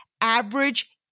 Average